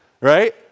right